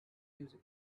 music